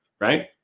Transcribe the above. right